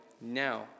now